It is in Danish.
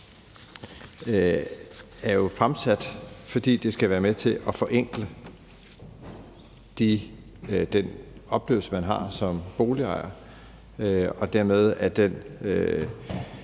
her er fremsat, fordi det skal være med til at forenkle den oplevelse, man har som boligejer, og dermed skal det